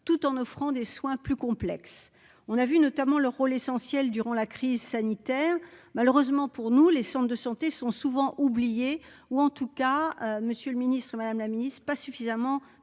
tout en offrant des soins plus complexe, on a vu notamment le rôle essentiel durant la crise sanitaire, malheureusement pour nous, les Centres de santé sont souvent oubliés ou en tout cas, monsieur le Ministre, Madame la Ministre, pas suffisamment